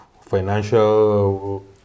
financial